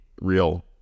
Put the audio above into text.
real